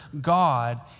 God